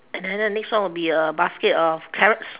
and then the next one will be a basket of carrots